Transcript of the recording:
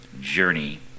journey